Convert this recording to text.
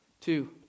Two